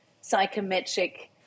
psychometric